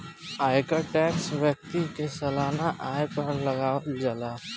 आयकर टैक्स व्यक्ति के सालाना आय पर लागावल जाला